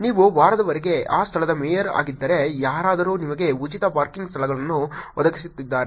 ನೀವು ವಾರದವರೆಗೆ ಆ ಸ್ಥಳದ ಮೇಯರ್ ಆಗಿದ್ದರೆ ಯಾರಾದರೂ ನಿಮಗೆ ಉಚಿತ ಪಾರ್ಕಿಂಗ್ ಸ್ಥಳಗಳನ್ನು ಒದಗಿಸುತ್ತಿದ್ದಾರೆ